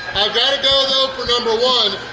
i've gotta go though for number one,